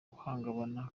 uhungabana